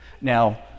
Now